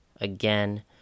again